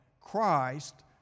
Christ